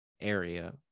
area